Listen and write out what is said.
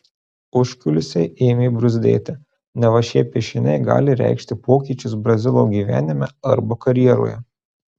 užkulisiai ėmė bruzdėti neva šie piešiniai gali reikšti pokyčius brazilo gyvenime arba karjeroje